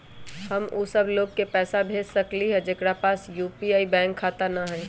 हम उ सब लोग के पैसा भेज सकली ह जेकरा पास यू.पी.आई बैंक खाता न हई?